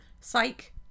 Psych